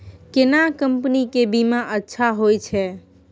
केना कंपनी के बीमा अच्छा होय छै?